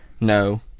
No